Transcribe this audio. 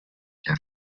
der